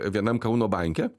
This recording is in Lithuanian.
vienam kauno banke